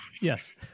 Yes